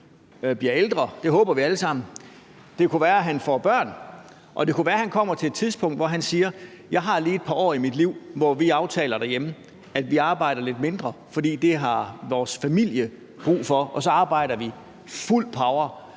blev ældre – det håber vi alle sammen – og det kunne være, at han fik børn, og det kunne være, at han kom til et tidspunkt, hvor han sagde: Jeg har lige et par år i mit liv, hvor vi aftaler derhjemme, at vi arbejder lidt mindre, for det har vores familie brug for, og så arbejder vi på fuld power